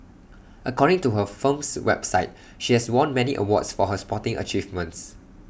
according to her firm's website she has won many awards for her sporting achievements